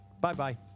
Bye-bye